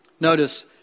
Notice